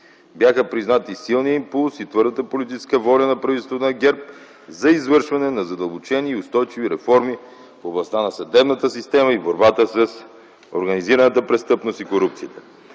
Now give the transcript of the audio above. Бяха признати силният импулс и твърдата политическа воля на правителството на ГЕРБ за извършване на задълбочени и устойчиви реформи в областта на съдебната система и в борбата с организираната престъпност и корупцията.